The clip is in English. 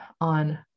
on